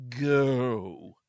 go